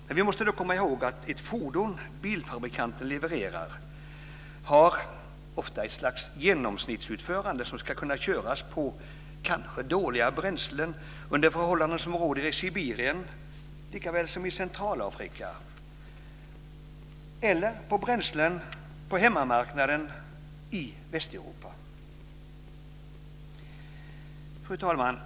Men, vi måste då komma ihåg att ett fordon som bilfabrikanten levererar ofta har ett slags genomsnittsutförande som kanske ska kunna köras på dåliga bränslen under förhållanden som råder i Sibirien likaväl som i Centralafrika eller på bränslen på hemmamarknaden i Västeuropa. Fru talman!